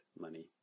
money